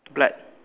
black